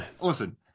listen